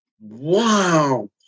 Wow